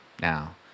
now